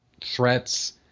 threats